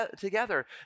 together